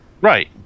Right